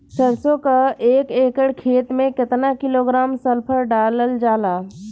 सरसों क एक एकड़ खेते में केतना किलोग्राम सल्फर डालल जाला?